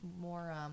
more